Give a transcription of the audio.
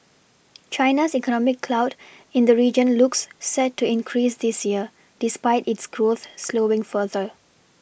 China's economic clout in the region looks set to increase this year despite its growth slowing further